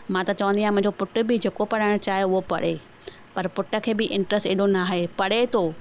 मां त चवंदी आहियां मुंहिंजो पुट बि जेको पढ़णु चाहे उहो पढ़े पर पुट खे बि इंटरस हेॾो न आहे पढ़े थो